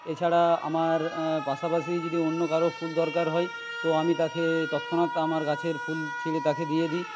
এছাড়া আমার পাশাপাশি যদি অন্য কারো ফুল দরকার হয় তো আমি তাকে তৎক্ষণাৎ আমার গাছের ফুল ছিঁড়ে তাকে দিয়ে দিই